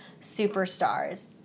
superstars